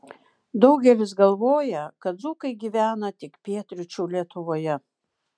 daugelis galvoja kad dzūkai gyvena tik pietryčių lietuvoje